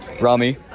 Rami